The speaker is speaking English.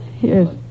Yes